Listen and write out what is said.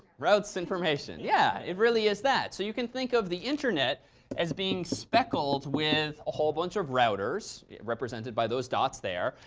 routes information. yeah. it really is that. so you can think of the internet as being speckled with a whole bunch of routers represented by those dots there.